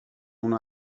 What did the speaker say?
اونو